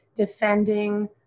defending